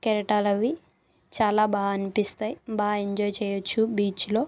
కెరటాలవి చాలా బాగా అనిపిస్తాయి బాగా ఎంజాయ్ చెయ్యొచ్చు బీచ్లో